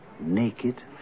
naked